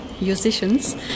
musicians